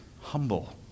humble